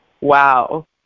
wow